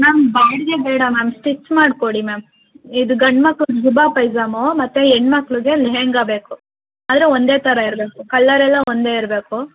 ma'am ಬಾಡಿಗೆ ಬೇಡ ma'am stitch ಮಾಡಿಕೊಡಿ ಮ್ಯಾಮ್ ಇದು ಗಂಡು ಮಕ್ಳು ಜುಬ್ಬ ಪೈಜಾಮ ಮತ್ತು ಹೆಣ್ ಮಕ್ಳಿಗೇ ಲೆಹೆಂಗ ಬೇಕು ಆದರೆ ಒಂದೇ ಥರ ಇರಬೇಕು ಕಲರೆಲ್ಲ ಒಂದೇ ಇರಬೇಕು